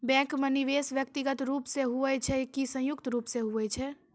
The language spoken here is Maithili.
बैंक माई निवेश व्यक्तिगत रूप से हुए छै की संयुक्त रूप से होय छै?